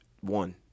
one